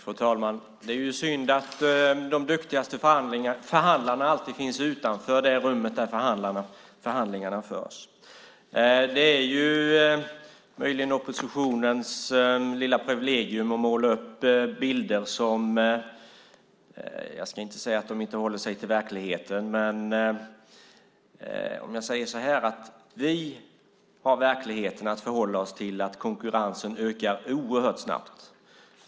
Fru talman! Det är ju synd att de duktigaste förhandlarna alltid finns utanför det rum där förhandlingarna förs. Det är möjligen oppositionens lilla privilegium att måla upp bilder som, jag ska inte säga att de inte håller sig till verkligheten men jag kan säga att vi har verkligheten att förhålla oss till och att konkurrensen ökar oerhört snabbt.